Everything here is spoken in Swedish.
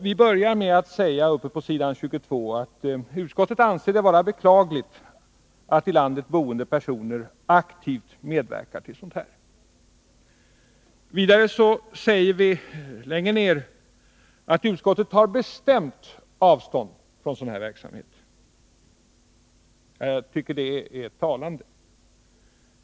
Vi börjar med att säga på s. 22: ”Utskottet anser det vara beklagligt att i landet boende personer aktivt medverkar till att utlänningar håller sig gömda ——-.” Vidare säger vi att utskottet bestämt tar avstånd från sådan verksamhet. Jag tycker att det är talande.